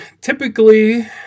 typically